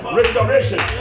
restoration